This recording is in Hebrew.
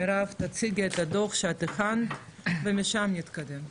מרב, תציגי את הדוח שאת הכנת ומשם נתקדם.